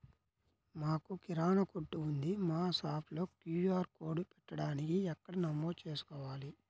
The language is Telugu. మాకు కిరాణా కొట్టు ఉంది మా షాప్లో క్యూ.ఆర్ కోడ్ పెట్టడానికి ఎక్కడ నమోదు చేసుకోవాలీ?